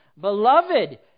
Beloved